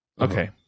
Okay